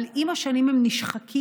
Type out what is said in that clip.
אבל עם השנים הם נשחקים,